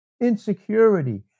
insecurity